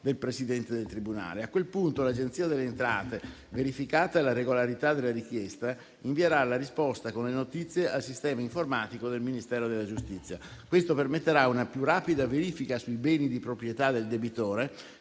del presidente del tribunale. A quel punto, l'Agenzia delle entrate, verificata la regolarità della richiesta, invierà la risposta con le notizie al sistema informatico del Ministero della giustizia. Questo permetterà una più rapida verifica sui beni di proprietà del debitore,